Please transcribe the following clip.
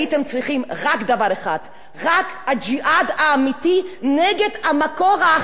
רק ג'יהאד אמיתי נגד המקור האחרון של הדמוקרטיה הישראלית.